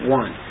one